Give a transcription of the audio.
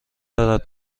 دارد